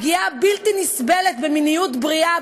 הפגיעה הבלתי-נסבלת במיניות בריאה,